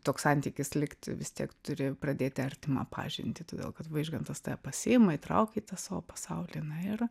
toks santykis likti vis tiek turi pradėti artimą pažintį todėl kad vaižgantas tave pasiima įtraukia į tą savo pasaulį na ir